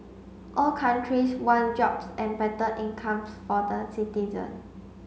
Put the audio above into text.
all countries want jobs and better incomes for the citizen